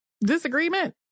disagreement